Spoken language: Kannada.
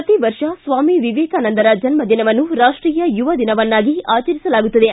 ಪ್ರತಿವರ್ಷ ಸ್ವಾಮಿ ವಿವೇಕಾನಂದರ ಜನ್ದಿನವನ್ನು ರಾಷ್ಟೀಯ ಯುವದಿನವನ್ನಾಗಿ ಆಚರಿಸಲಾಗುತ್ತದೆ